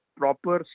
proper